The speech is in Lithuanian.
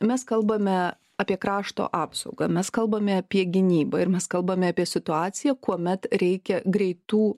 mes kalbame apie krašto apsaugą mes kalbame apie gynybą ir mes kalbame apie situaciją kuomet reikia greitų